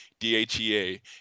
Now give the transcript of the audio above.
DHEA